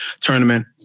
tournament